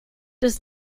does